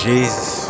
Jesus